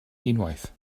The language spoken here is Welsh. unwaith